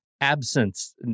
absence